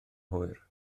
hwyr